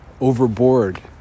overboard